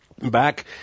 back